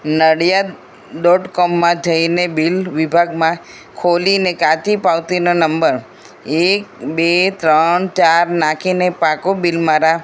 Nadiad dot કોમમાં જઈને bill વિભાગમાં ખોલીને કાચી પાવતીનો નંબર એક બે ત્રણ ચાર નાખીને પાકો બિલ મારા